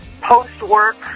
post-work